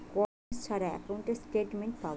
কয় মাস ছাড়া একাউন্টে স্টেটমেন্ট পাব?